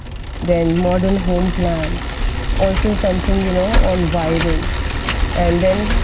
then, modern home plans also, something you know on wiring. and then,